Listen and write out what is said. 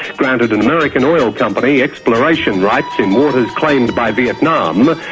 granted an american oil company exploration rights in waters claimed by vietnam,